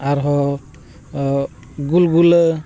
ᱟᱨᱦᱚᱸ ᱜᱩᱞ ᱜᱩᱞᱟᱹ